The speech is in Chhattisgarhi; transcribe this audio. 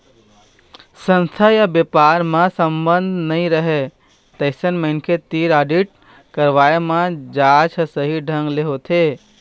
संस्था य बेपार म संबंध नइ रहय तइसन मनखे तीर आडिट करवाए म जांच ह सही ढंग ले होथे